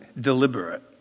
deliberate